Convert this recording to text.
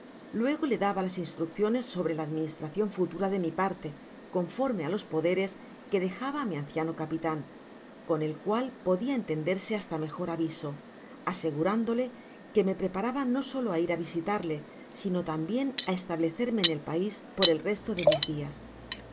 luego le daba las instrucciones sobre la administracion futura de mi parte conforme á los poderes que dejaba á mi anciano capitan con el cual podia entenderse basta mejor aviso asegurándole que rae preparaba no solo á ir á visitarle sino tambien á establecerme en el pais por el resto de mis dias